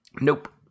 Nope